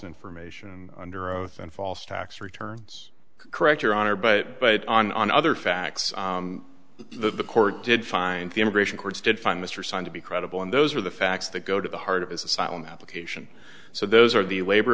information and under oath and false tax returns correct your honor but but on on other facts the court did find the immigration courts did find mr son to be credible and those are the facts that go to the heart of his asylum application so those are the labor